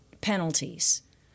penalties